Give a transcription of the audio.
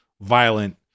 violent